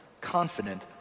confident